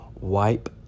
wipe